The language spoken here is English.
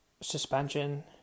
suspension